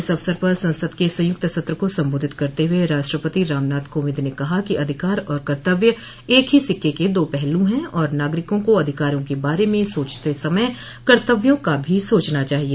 इस अवसर पर संसद के संयुक्त सत्र को संबोधित करते हुए राष्ट्रपति रामनाथ कोविंद ने कहा कि अधिकार और कर्तव्य एक ही सिक्के दो पहलू है और नागरिकों को अधिकारों के बारे में सोचते समय कर्तव्यों का भी सोचना चाहिए